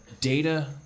data